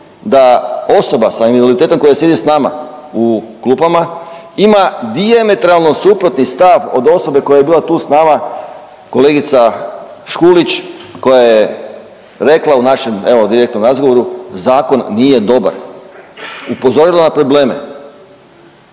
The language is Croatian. da osoba sa invaliditetom koja sjedi s nama u klupama ima dijametralno suprotni stav od osobe koja je bila tu s nama kolegica Škulić koja je rekla u našem evo direktnom razgovoru, zakon nije dobar, upozorila na probleme.